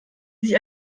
sie